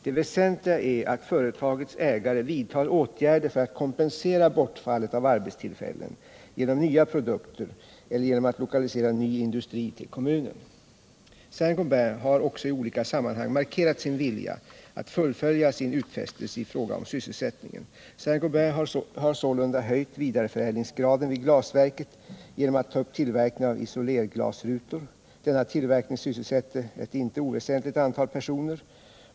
Det väsentliga är att företagets ägare vidtar åtgärder för att kompensera bortfallet av arbetstillfällen genom nya produkter eller genom att lokalisera ny industri till kommunen. Saint Gobain har också i olika sammanhang markerat sin vilja att fullfölja sin utfästelse i fråga om sysselsättningen. Saint Gobain har sålunda höjt vidareförädlingsgraden vid glasverket genom att ta upp tillverkning av isolerglasrutor. Denna tillverkning sysselsätter ett inte oväsentligt antal personer.